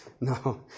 No